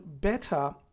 better